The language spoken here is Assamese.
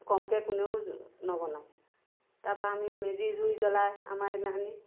কমকে কোনেও নবনায় তা পা আমি মেজিৰ জুই জ্বলাই আমাৰ সেইদিনাখনি